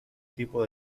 tipo